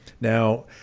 now